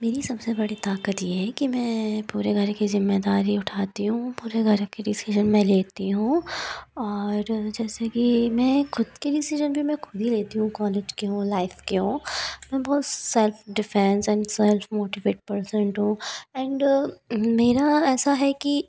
मेरी सबसे बड़ी ताकत यह है कि मैं पूरे घर की ज़िम्मेदारी उठाती हूँ पूरे घर की डीसीजन मैं लेती हूँ और जैसे कि मैं ख़ुद कि डीसीजन भी मैं ख़ुद ही लेती हूँ कॉलेज के हों लाइफ के हो मैं बहुत self defence and self motivate person हूँ एंड मेरा ऐसा है कि